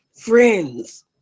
friends